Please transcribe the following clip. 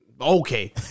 Okay